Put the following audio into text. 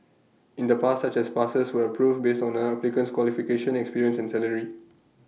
in the past such passes were approved based on A applicant's qualifications experience and salary